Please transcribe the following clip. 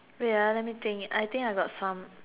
wait ah let me think I think I got some